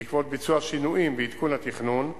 בעקבות ביצוע שינויים ועדכון התכנון,